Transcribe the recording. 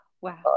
Wow